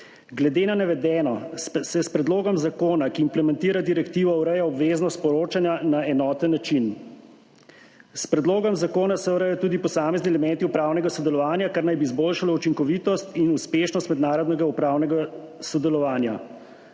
Glede na navedeno se s predlogom zakona, ki implementira direktivo, ureja obveznost poročanja na enoten način. S predlogom zakona se urejajo tudi posamezni elementi upravnega sodelovanja, kar naj bi izboljšalo učinkovitost in uspešnost mednarodnega upravnega sodelovanja.